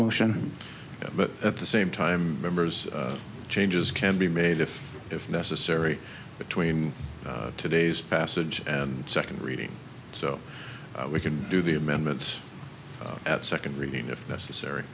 motion but at the same time members changes can be made if if necessary between today's passage and second reading so we can do the amendments at second reading if necessary